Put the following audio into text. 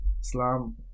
Islam